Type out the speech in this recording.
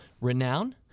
renown